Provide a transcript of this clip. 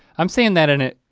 i'm saying that in it,